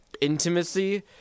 intimacy